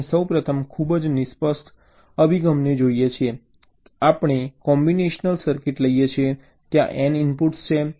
આપણે સૌપ્રથમ ખૂબ જ નિષ્કપટ અભિગમને જોઈએ છીએ આપણે કોમ્બિનેશનલ સર્કિટ લઈએ છીએ ત્યાં N ઇનપુટ્સ છે